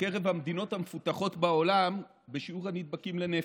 בקרב המדינות המפותחות בעולם בשיעור הנדבקים לנפש.